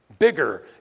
bigger